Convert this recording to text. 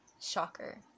Shocker